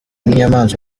n’inyamaswa